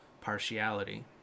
partiality